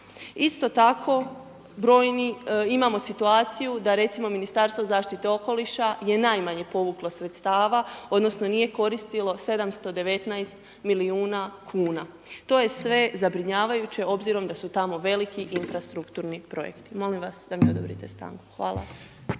Isto tako brojni, imamo situaciju da recimo Ministarstvo zaštite okoliša je najmanje povuklo sredstava, odnosno nije koristilo 719 milijuna kuna. To je sve zabrinjavajuće obzirom da su tamo veliki infrastrukturni projekti. Molim vas da mi odobrite stanku. Hvala.